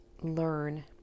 learn